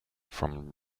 from